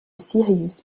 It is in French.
sirius